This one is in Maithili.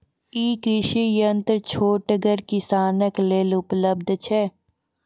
ई कृषि यंत्र छोटगर किसानक लेल उपलव्ध छै?